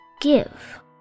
give